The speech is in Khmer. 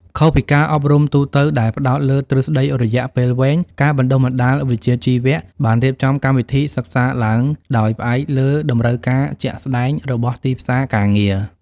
ខុសពីការអប់រំទូទៅដែលផ្តោតលើទ្រឹស្តីរយៈពេលវែង ការបណ្តុះបណ្តាលវិជ្ជាជីវៈបានរៀបចំកម្មវិធីសិក្សាឡើងដោយផ្អែកលើតម្រូវការជាក់ស្តែងរបស់ទីផ្សារការងារ។